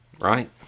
right